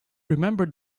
remembered